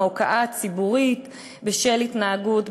ההוקעה הציבורית בשל התנהגות,